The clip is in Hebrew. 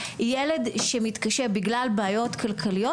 ילד שמתקשה בגלל בעיות כלכליות